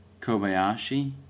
Kobayashi